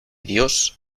dios